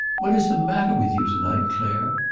what is the matter with you to-night, clare?